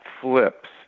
flips